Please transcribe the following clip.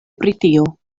britio